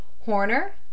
Horner